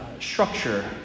structure